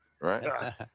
right